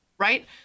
Right